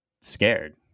scared